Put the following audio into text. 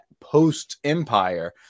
post-Empire